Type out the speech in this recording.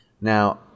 Now